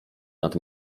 nad